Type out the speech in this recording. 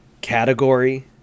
category